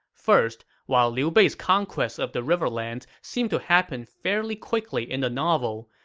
first, while liu bei's conquest of the riverlands seemed to happen fairly quickly in the novel,